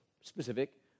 specific